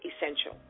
essential